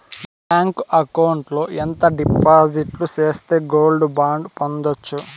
Bank account లో ఎంత డిపాజిట్లు సేస్తే గోల్డ్ బాండు పొందొచ్చు?